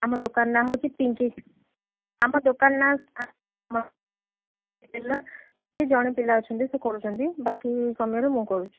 ଆମ ଦୋକାନ ନାଁ ହେଉଛି ପିଙ୍କି ଆମ ଦୋକାନ ନାଁ ଟେଲର୍ ଏ ଜଣେ ପିଲା ଅଛନ୍ତି ସେ କରୁଛନ୍ତି ବାକି ସମୟରେ ମୁଁ କରୁଛି